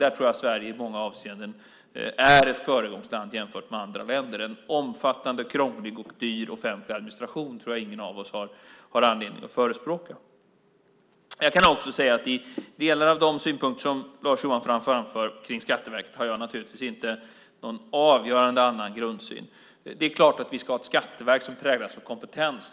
Där tror jag att Sverige i många avseenden är ett föregångsland jämfört med andra länder. Jag tror ingen av oss har anledning att förespråka en omfattande, krånglig och dyr offentlig administration. Jag har naturligtvis inte någon avgörande annan grundsyn om delar av de synpunkter som Lars Johansson framför. Det är klart att vi ska ha ett skatteverk som präglas av kompetens.